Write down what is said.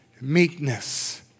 meekness